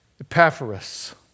Epaphras